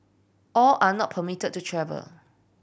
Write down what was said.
all are not permitted to travel